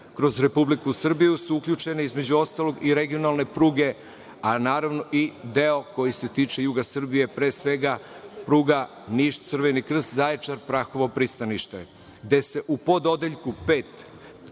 kroz Republiku Srbiju su uključene, između ostalog i regionalne pruge, a naravno, i deo koji se tiče juga Srbije, pre svega, pruga Niš - Crveni krst, Zaječar – Prahovo pristanište, gde se u pododeljku 5.3,